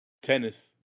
Tennis